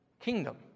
kingdom